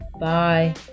Bye